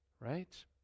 right